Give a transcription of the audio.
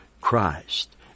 Christ